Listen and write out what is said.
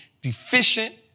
deficient